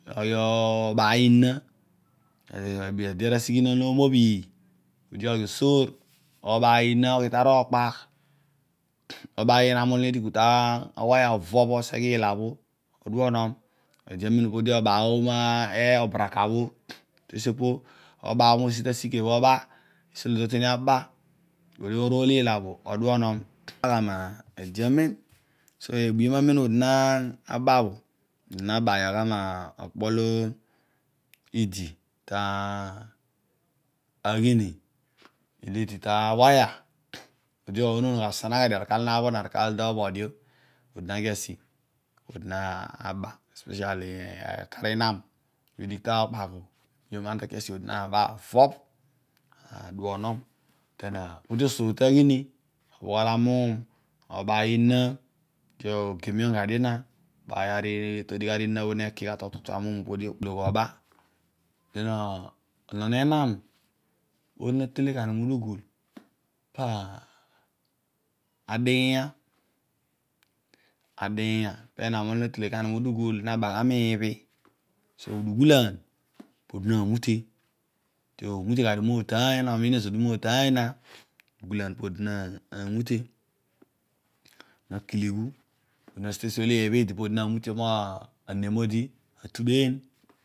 Oghi obaay ina, eede asighini olo nomobhiiy podi oghi osoor obaay ina oghi tara okpagh obaay inam olo nadiku ta wire, ovobh oseghe iila bho oduonom ede amen podi oba obaraka bho tesi opo oba ono asike bho oba esi olo odi ta tueni aba orool iila bho oduonem aba gha meede amen so ebuyo amem odi na ba bho odi nabaayogh gha mokpo idi ta aghini ni lidi ta wire odi onon gha, asane gha dio kar olo nabhọ na ru kar olo topọ dio, odi naghi asi podi naba akar enam bho idigh to okpagh bho ede amem ana tasi odi na vobh aduonon den ah. Podi osoor taghini obboghol amuum, oba ina, odi ogemiom na, odi atol totu amuum podi okpolegh oba den onon enam olo natele ghani mudugul pa adighiinya adighiinya pe nam olo natele gha mudugul den naba gha ibhi so udugulaan podi namute, odi omute gha dio motaany ana omiin zodi motaany, odi namutiom anem odi atubeeny.